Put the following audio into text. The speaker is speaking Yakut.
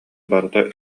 барыта